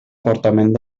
fortament